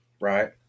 Right